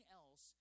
else